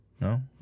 No